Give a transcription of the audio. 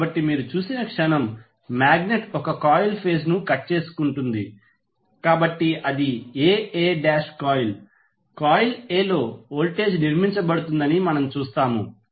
కాబట్టి మీరు చూసిన క్షణం మాగ్నెట్ ఒక కాయిల్ ఫేజ్ ను కట్ చేసుకుంటుంది కాబట్టి అది a a' coil coil A లో వోల్టేజ్ నిర్మించబడుతుందని మనం చూస్తాము